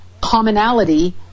commonality